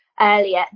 earlier